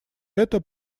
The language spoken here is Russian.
это